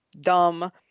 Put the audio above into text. dumb